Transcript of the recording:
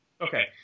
Okay